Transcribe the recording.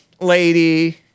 Lady